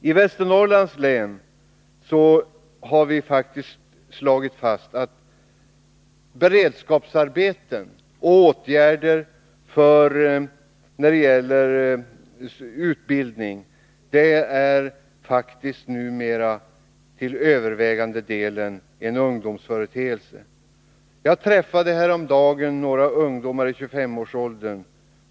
I Västernorrlands län har vi slagit fast, att beredskapsarbeten och åtgärder när det gäller utbildning faktiskt numera är något som till övervägande del gäller ungdomarna. Jag träffade häromdagen några ungdomar i 25-årsåldern.